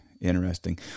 Interesting